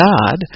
God